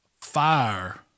Fire